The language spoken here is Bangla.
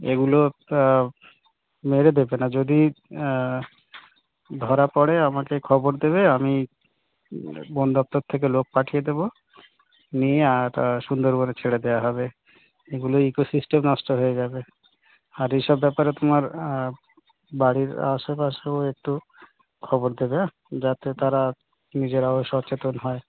এগুলো মেরে দেবে না যদি ধরা পড়ে আমাকে খবর দেবে আমি বন দপ্তর থেকে লোক পাঠিয়ে দেবো নিয়ে আর সুন্দরবনে ছেড়ে দেওয়া হবে এগুলো ইকো সিস্টেম নষ্ট হয়ে যাবে আর এসব ব্যাপারে তোমার বাড়ির আশেপাশেও একটু খবর দেবে হ্যাঁ যাতে তারা নিজেরাও সচেতন হয়